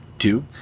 Two